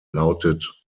lautet